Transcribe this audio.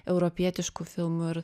europietiškų filmų ir